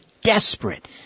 desperate